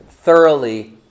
thoroughly